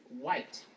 white